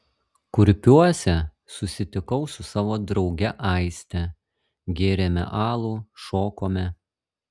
kurpiuose susitikau su savo drauge aiste gėrėme alų šokome